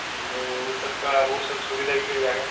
जी तो वो सब का वो सब सुविधा भी मिल जाएगी